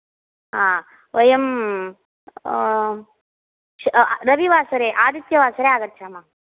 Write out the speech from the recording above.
हा वयं रविवासरे आदित्यवासरे आगच्छामः